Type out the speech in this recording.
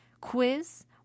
quiz